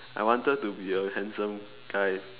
I wanted to be a handsome guy